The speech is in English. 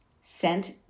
sent